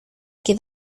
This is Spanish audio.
que